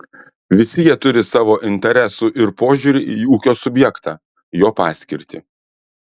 visi jie turi savo interesų ir požiūrį į ūkio subjektą jo paskirtį